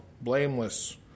blameless